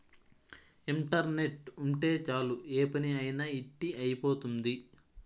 internet ఉంటే చాలు ఏ పని అయినా ఇట్టి అయిపోతుంది